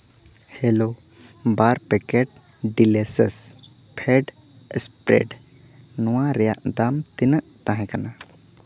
hello ᱵᱟᱨ packet ᱵᱤᱞᱮᱥᱮᱥ ᱯᱷᱮᱰ ᱥᱯᱷᱮᱰ ᱱᱚᱣᱟ ᱨᱮᱭᱟᱜ ᱫᱟᱢ ᱛᱤᱱᱟᱹᱜ ᱛᱟᱦᱮᱸ ᱠᱟᱱᱟ